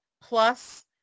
plus